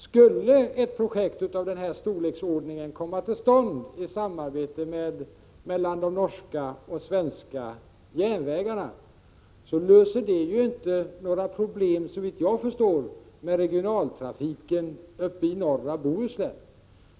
Skulle ett projekt av den här storleksordningen komma till stånd genom ett samarbete mellan svenska och norska järnvägen, löser det ju inte några problem — såvitt jag förstår — när det gäller regionaltrafiken i norra Bohuslän.